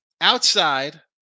outside